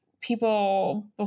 people